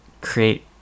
create